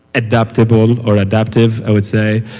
adaptable or adaptive, i would say.